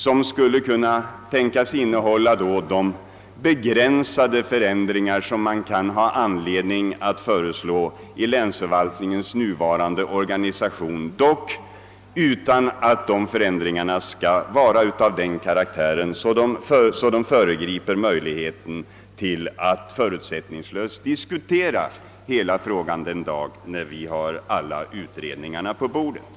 Den skulle kunna tänkas innehålla de begränsade förändringar i länsförvaltningens nuvarande organisation som man kan ha anledning att föreslå. Förändringarna skall dock inte vara av den karaktären att de föregriper möjligheten att förutsättningslöst diskutera hela frågan den dag när vi har alla utredningar på bordet.